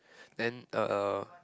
then uh